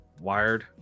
wired